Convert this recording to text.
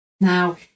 Now